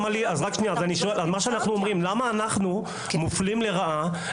למה אנחנו מופלים לרעה?